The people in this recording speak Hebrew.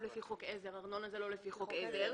לפי חוק עזר" ארנונה זה לא לפי חוק עזר,